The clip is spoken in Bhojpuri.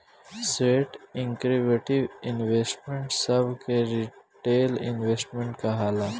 स्वेट इक्विटी इन्वेस्टर सभ के रिटेल इन्वेस्टर कहाला